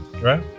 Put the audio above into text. Right